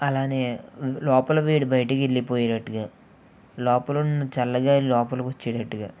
అలానే లోపలి వేడి బయటకి వెళ్ళిపోయేటట్టుగా లోపలున్న చల్లగాలి లోపలకొచ్చేటట్టుగా